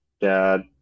dad